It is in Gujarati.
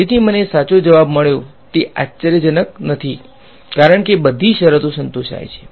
તેથી મને સાચો જવાબ મળ્યો તે આશ્ચર્યજનક નથી કારણ કે બધી શરતો સંતોષાય છે